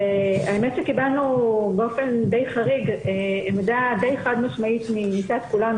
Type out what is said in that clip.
והאמת שקיבלנו באופן די חריג עמדה די חד משמעית מצד כולם.